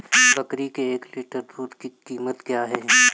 बकरी के एक लीटर दूध की कीमत क्या है?